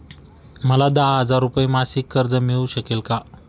मला दहा हजार रुपये मासिक कर्ज मिळू शकेल का?